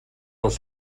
dels